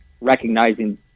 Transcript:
recognizing